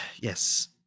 yes